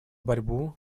борьбу